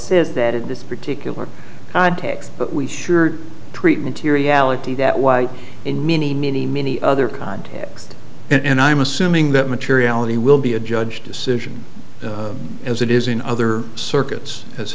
says that in this particular context but we sure treatment to reality that way in many many many other contexts and i'm assuming that materiality will be a judge decision as it is in other circuits as